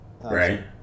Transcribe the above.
Right